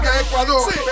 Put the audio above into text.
Ecuador